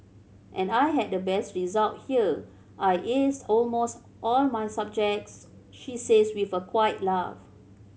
and I had the best result here I aced almost all my subjects she says with a quiet laugh